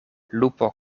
lupo